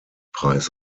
preis